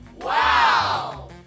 Wow